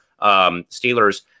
Steelers